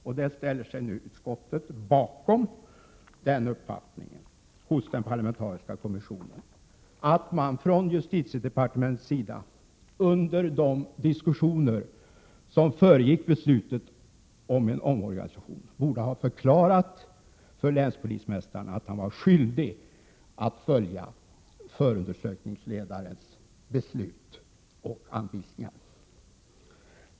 Utskottet ställer sig nu bakom uppfattningen hos den parlamentariska kommissionen att man från justitiedepartementets sida under de diskussioner som föregick beslutet om en omorganisation borde ha förklarat för länspolismästaren att han var skyldig att följa förundersökningsledarens beslut och anvisningar.